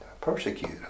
persecute